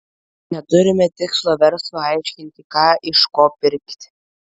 neturime tikslo verslui aiškinti ką iš ko pirkti